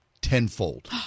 tenfold